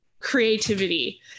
creativity